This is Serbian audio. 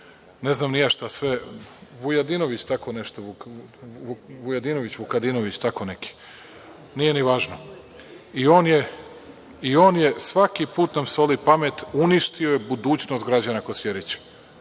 ne znam ni ja šta sve, Vujadinović, tako nešto, Vukadinović, tako neki, nije ni važno i on svaki put nam soli pamet, uništio je budućnost građana Kosjerića,